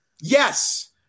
yes